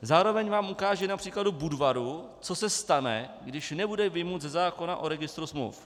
Zároveň vám ukážu na příkladu Budvaru, co se stane, když nebude vyjmut ze zákona o registru smluv.